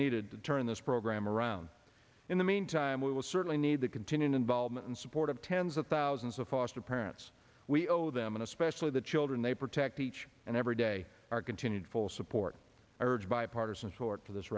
needed to turn this program around in the meantime we will certainly need the continued involvement and support of tens of thousands of foster parents we owe them and especially the children they protect each and every day our continued full support i urge bipartisan support for this